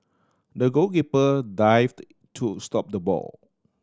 the goalkeeper dived to stop the ball